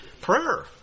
prayer